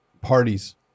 parties